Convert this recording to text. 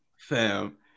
Fam